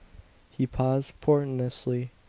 he paused portentously,